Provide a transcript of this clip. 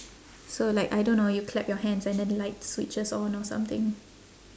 so like I don't know you clap your hands and then light switches on or something